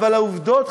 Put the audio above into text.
אבל העובדות,